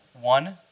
one